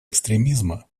экстремизма